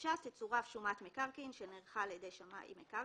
לבקשה תצורף שומת מקרקעין שנערכה על ידי שמאי מקרקעין.